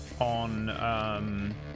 on